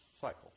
cycle